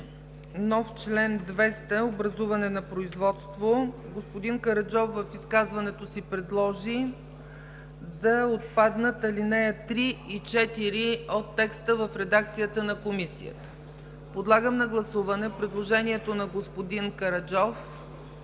нов чл. 200 „Образуване на производство” господин Караджов в изказването си предложи да отпаднат алинеи 3 и 4 от текста в редакцията на Комисията. Подлагам на гласуване предложението на господин Караджов